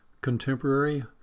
contemporary